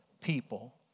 people